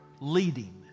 leading